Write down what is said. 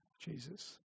Jesus